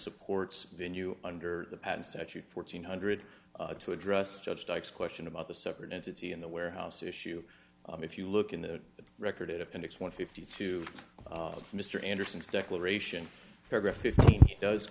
supports venue under the patent statute fourteen hundred two address judge strikes question about the separate entity in the warehouse issue if you look in the record it appendix one fifty two of mr anderson's declaration paragraph fifteen does